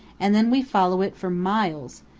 and then we follow it for miles,